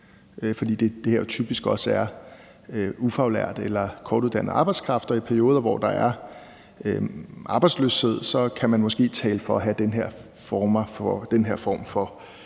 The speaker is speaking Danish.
fordi det her jo typisk også drejer sig om ufaglært eller kortuddannet arbejdskraft, og i perioder, hvor der er arbejdsløshed, kan man måske tale for at have den her form for